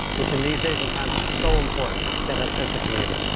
which in these days and times is so important to have that sense of community.